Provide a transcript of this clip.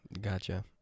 Gotcha